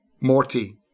Morty